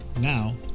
Now